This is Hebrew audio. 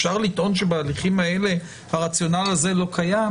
אפשר לטעון שבהליכים האלה הרציונל הזה לא קיים.